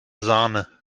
sahne